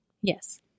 Yes